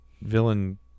villain